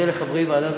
החוק הוא תקציב דו-שנתי,